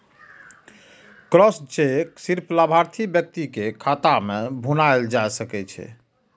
crossed cheque सिर्फ लाभार्थी व्यक्ति के खाता मे भुनाएल जा सकै छै